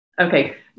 okay